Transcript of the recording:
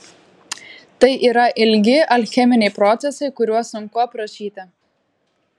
tai yra ilgi alcheminiai procesai kuriuos sunku aprašyti